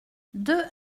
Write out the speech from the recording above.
deux